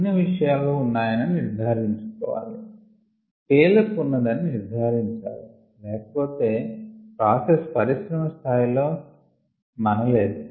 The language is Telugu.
అన్నివిషయాలు ఉన్నాయని నిర్ధారించుకోవాలి స్కెల్ అప్ ఉన్నదని నిర్ధారించాలి లేకపోతె ప్రాసెస్ పరిశ్రమ స్థాయి లో మన లేదు